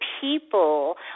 people